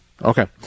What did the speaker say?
Okay